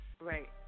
right